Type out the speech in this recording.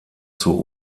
zur